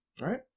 Right